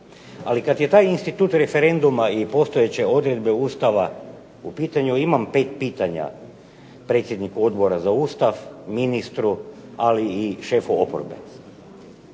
Kada je taj institut referenduma ili postojeće odredbe Ustava u pitanju imam 5 pitanja predsjedniku Odbora za Ustav, ministru ali i šefu oporbe.